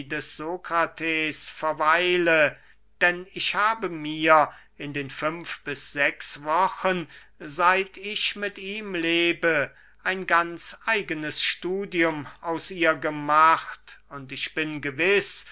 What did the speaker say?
verweile denn ich habe mir in den fünf bis sechs wochen seit ich mit ihm lebe ein ganz eigenes studium aus ihr gemacht und ich bin gewiß